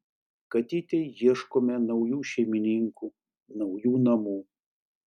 katytei ieškome naujų šeimininkų naujų namų